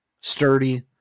sturdy